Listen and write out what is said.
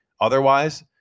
otherwise